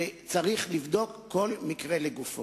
וצריך לבדוק כל מקרה לגופו.